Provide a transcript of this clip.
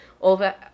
over